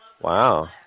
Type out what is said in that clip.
Wow